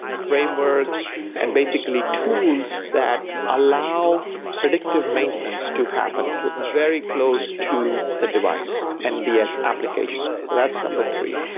frameworks and basically tools that allow predictive maintenance to happen very close to the device and the and application. so that's number three.